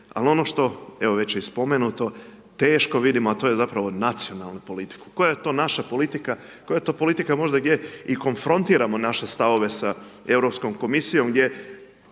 ali ono što je već i spomenuto, teško vidimo, a to je zapravo nacionalna politika. Koja je to naša politika, koja to politika možda i je, i konfrontiramo naše stavove, sa Europskom komisijom, gdje